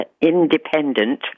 Independent